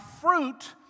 fruit